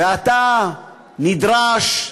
ואתה נדרש: